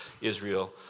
Israel